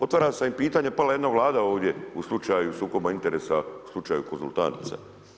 Otvara se i pitanje pala je jedna Vlada ovdje u slučaju sukoba interesa, u slučaju konzultantica.